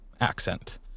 accent